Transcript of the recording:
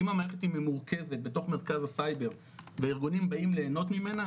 אם המערכת היא ממורכזת בתוך מרכז הסייבר והארגונים באים ליהנות ממנה,